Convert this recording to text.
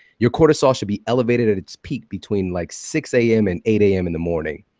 your cortisol should be elevated at its peak between like six a m. and eight a m. in the morning.